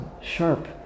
sharp